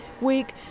week